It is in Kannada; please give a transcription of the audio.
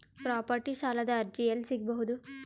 ಪ್ರಾಪರ್ಟಿ ಸಾಲದ ಅರ್ಜಿ ಎಲ್ಲಿ ಸಿಗಬಹುದು?